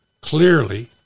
clearly